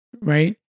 Right